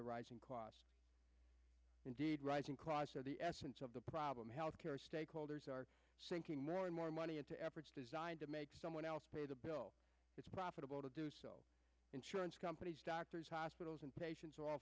the rising costs indeed rising cost of the essence of the problem health care stakeholders are sinking more and more money into efforts designed to make someone else pay the bill it's profitable to do so insurance companies doctors hospitals and patien